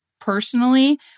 personally